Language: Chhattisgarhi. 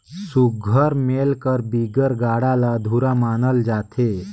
सुग्घर मेल कर बिगर गाड़ा ल अधुरा मानल जाथे